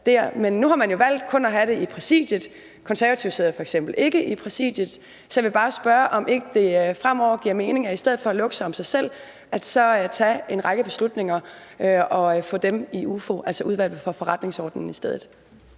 Men nu har man jo valgt kun at have det i Præsidiet, og Konservative sidder f.eks. ikke i Præsidiet, så jeg vil bare spørge, om ikke det fremover giver mening, at man så i stedet for at lukke sig om sig selv tager en række emner, der skal besluttes, og får dem behandlet i UFO, altså Udvalget for Forretningsordenen, i stedet?